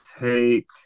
take